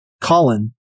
Colin